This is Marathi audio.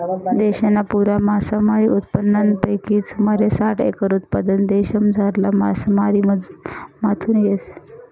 देशना पुरा मासामारी उत्पादनपैकी सुमारे साठ एकर उत्पादन देशमझारला मासामारीमाथून येस